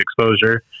exposure